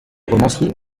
romancier